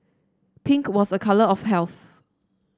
pink was a colour of health